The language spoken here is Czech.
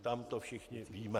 Tam to všichni víme.